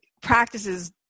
practices